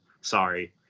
sorry